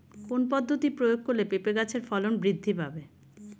কোন পদ্ধতি প্রয়োগ করলে পেঁপে গাছের ফলন বৃদ্ধি পাবে?